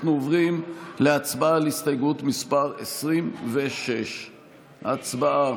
אנחנו עוברים להצבעה על הסתייגות מס' 26. הצבעה.